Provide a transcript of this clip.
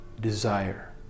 desire